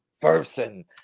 person